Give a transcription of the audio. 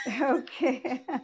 Okay